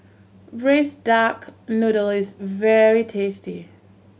Braised Duck Noodle is very tasty